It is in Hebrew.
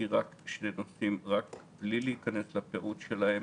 אזכיר שני נושאים מבלי להיכנס לפירוט שלהם.